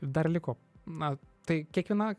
dar liko na tai kiekviena